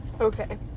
Okay